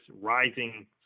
rising